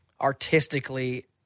artistically